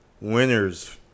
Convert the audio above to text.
winners